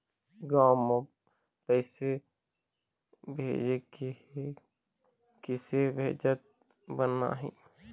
गांव म पैसे भेजेके हे, किसे भेजत बनाहि?